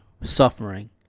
suffering